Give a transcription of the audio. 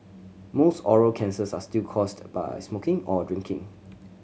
most oral cancers are still caused by smoking or drinking